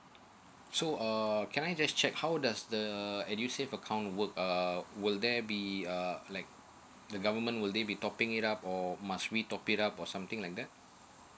so um can I just check how does the uh edusave account work uh will there be uh like the government will they be topping it up or must we top it up or something like that